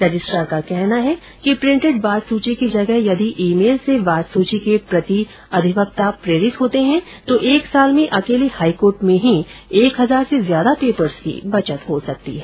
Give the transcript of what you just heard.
registrar का कहना है कि प्रिंटेड वाद सूची की जगह यदि ईमेल से वाद सूची के प्रति अधिवक्ता प्रेरित होते हैं तो एक साल में अकेले हाईकोर्ट में एक हजार से ज्यादा पेपर्स की बचत हो सकती है